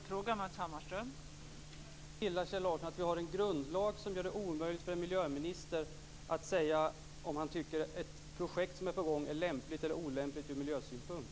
Fru talman! Är det så illa, Kjell Larsson, att vi har en grundlag som gör det omöjligt för en miljöminister att säga om han tycker ett projekt som är på gång är lämpligt eller olämpligt ur miljösynpunkt?